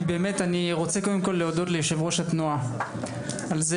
אני רוצה קודם כול להודות ליושב-ראש התנועה על זה